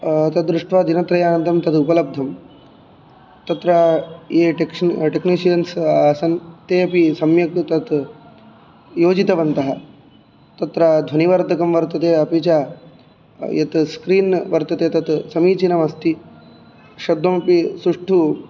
तद्दृष्ट्वा दिनत्रयानन्तरं तद् उपलब्धं तत्र ये टेक्नीषियन्स् आसन् ते अपि सम्यक् तत् योजितवन्तः तत्र ध्वनिवर्धकं वर्तते अपि च यत् स्क्रीन् वर्तते तत् समीचीनमस्ति शब्दमपि सुष्टु